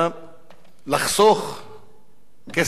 לחסוך כסף רב יותר,